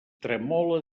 tremole